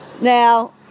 Now